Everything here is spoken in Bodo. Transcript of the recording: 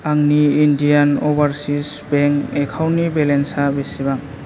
आंनि इण्डियान अभारसिस बेंक एकाउन्टनि बेलेन्सा बेसेबां